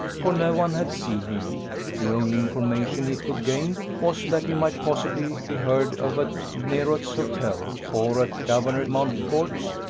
for no one had seen him the only information he could gain was, that he might possibly be heard of at nerot's hotel, or at governor montford's,